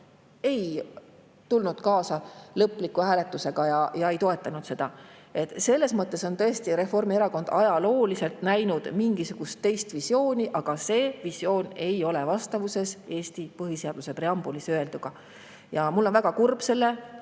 ei tulnud kaasa lõpliku hääletusega ja ei toetanud seda. Selles mõttes on tõesti Reformierakond ajalooliselt näinud mingisugust teist visiooni, aga see visioon ei ole vastavuses Eesti põhiseaduse preambulis öelduga. Ja mul on väga kurb